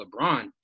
LeBron